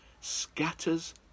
scatters